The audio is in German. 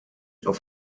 auf